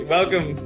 Welcome